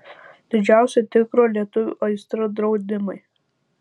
didžiausia tikro lietuvio aistra draudimai